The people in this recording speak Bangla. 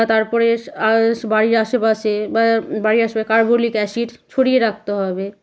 তারপরে আস বাড়ির আশেপাশে বা বাড়ির আশেপা কার্বলিক অ্যাসিড ছড়িয়ে রাখতে হবে